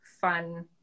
fun